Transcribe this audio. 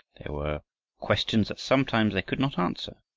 were questions that sometimes they could not answer,